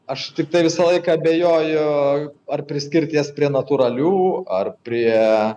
aš tiktai visą laiką abejoju ar priskirt jas prie natūralių ar prie